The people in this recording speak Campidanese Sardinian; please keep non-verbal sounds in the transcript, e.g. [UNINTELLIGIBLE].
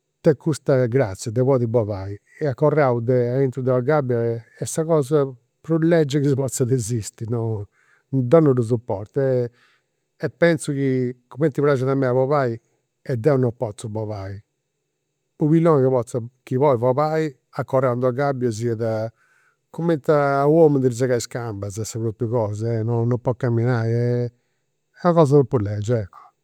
Tenit custa grazia de podiri bolai. E acorrau de [HESITATION] aintru de una gabbia est sa cosa prus legia chi potzat esistiri, no. Deu non ddu suportu e [HESITATION] e pentzu chi cumenti praxit a mei a bolai, e deu non potzu bolai, u' pilloni chi podit bolai acorrau in d'una gabbia siat cumenti a u'omini a ddi [UNINTELLIGIBLE] is cambas, sa propriu cosa, e non podit camminai. Est una cosa tropu legia, eccu